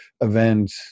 event